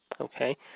okay